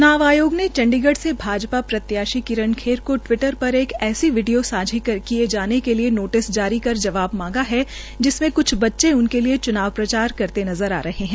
च्नाव आयोग ने चण्डीगढ से भाजपा प्रत्याशी किरण खेर को टवीटर पर एक ऐसी वीडियो सांझी किए जाने के लिए नोटिस जारी कर जवाब मांगा है जिसमें कुछ बच्चे उनके लिए चुनाव प्रचार करते नजर आ रहे हैं